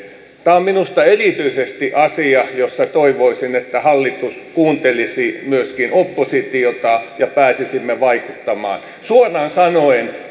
tämä on minusta erityisesti asia jossa toivoisin että hallitus kuuntelisi myöskin oppositiota ja pääsisimme vaikuttamaan suoraan sanoen